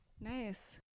Nice